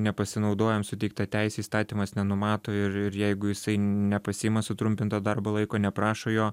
nepasinaudojom suteikta teise įstatymas nenumato ir ir jeigu jisai nepasiima sutrumpinto darbo laiko neprašo jo